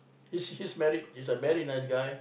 he he's married he's a very nice guy